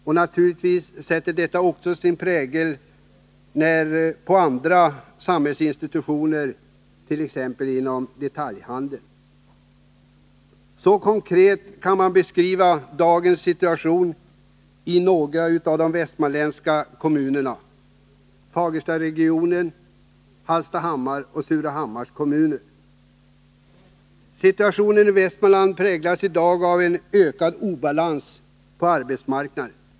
Och naturligtvis sätter detta sin prägel även på andra samhällsområden, t.ex. inom detaljhandeln. Så konkret kan man beskriva dagens situation i några av de västmanländska kommunerna: Fagerstaregionen, Hallstahammars och Surahammars kommuner. Situationen i Västmanland präglas i dag av ökad obalans på arbetsmark naden.